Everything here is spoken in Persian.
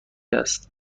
است